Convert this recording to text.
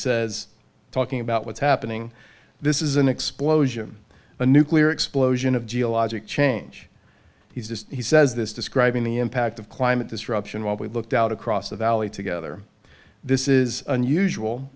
says talking about what's happening this is an explosion a nuclear explosion of geologic change he says he says this describing the impact of climate disruption while we looked out across the valley together this is unusual